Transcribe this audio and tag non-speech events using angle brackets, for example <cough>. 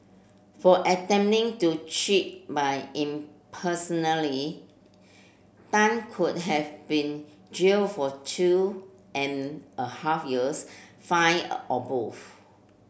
for attempting to cheat by <unintelligible> Tan could have been jailed for two and a half years fine <unintelligible> or both